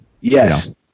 yes